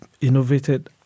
innovated